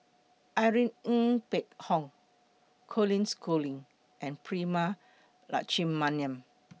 Irene Ng Phek Hoong Colin Schooling and Prema Letchumanan